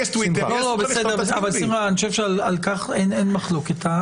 לי יש טוויטר --- אני חושב שעל כך אין מחלוקת.